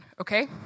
Okay